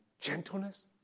gentleness